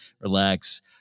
relax